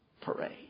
parade